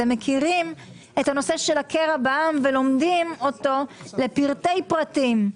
אתם מכירים את הנושא של הקרע בעם ולומדים אותו לפרטי פרטים.